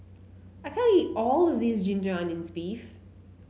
I can't eat all of this Ginger Onions beef